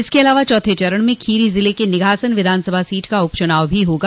इसके अलावा चौथे चरण में खीरी जिले के निघासन विधानसभा सीट का उप चुनाव भी होगा